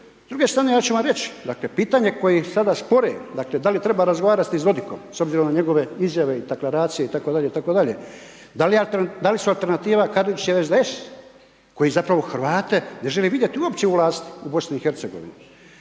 S druge strane ja ću vam reći, dakle, pitanja koje sada spore, dakle, da li treba razgovarati s Dodikom s obzirom na njegove izjave i deklaracije itd. itd. Da li su alternativa …/Govornik se ne razumije./… koje zapravo Hrvate ne želi vidjeti uopće u vlasti u BIH.